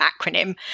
acronym